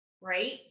right